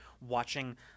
watching